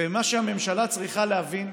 ומה שהממשלה צריכה להבין,